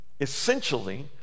essentially